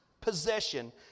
possession